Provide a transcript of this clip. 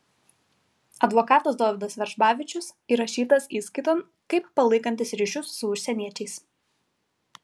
advokatas dovydas veržbavičius įrašytas įskaiton kaip palaikantis ryšius su užsieniečiais